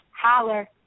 Holler